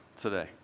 today